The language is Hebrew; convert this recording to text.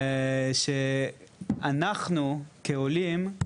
אנחנו כעולים,